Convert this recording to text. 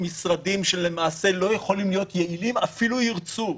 משרדים שלמעשה לא יכולים להיות יעלים, אפילו ירצו.